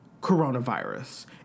coronavirus